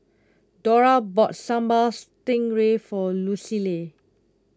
Dora bought Sambal Stingray for Lucille